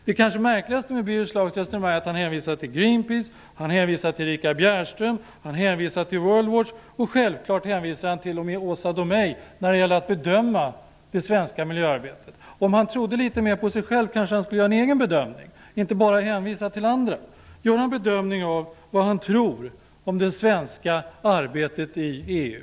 Det kanske märkligaste med Birger Schlaugs resonemang är att han hänvisar till Greenpeace, Erika Bjerström, Worldwatch och självklart till Åsa Domeij när det gäller att bedöma det svenska miljöarbetet. Om han trodde litet mer på sig själv skulle han kanske göra en egen bedömning och inte bara hänvisa till andra. Han kanske skulle kunna göra en bedömning av vad han tror om det svenska arbetet i EU.